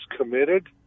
committed